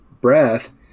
breath